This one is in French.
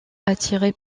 attirés